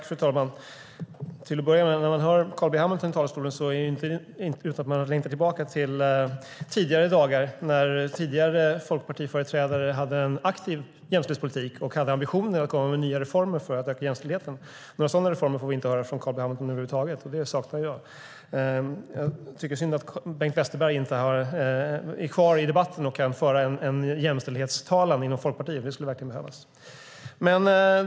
Fru talman! När man hör Carl B Hamilton i talarstolen är det inte utan att man längtar tillbaka till tidigare dagar när det fanns folkpartiföreträdare som hade en aktiv jämställdhetspolitik och en ambition att komma med nya reformer för att öka jämställdheten. Några sådana reformer får vi inte höra från Carl B Hamilton över huvud taget, och jag saknar det. Jag tycker att det är synd att inte Bengt Westerberg är kvar i debatten och kan föra en jämställdhetstalan inom Folkpartiet. Det skulle verkligen behövas.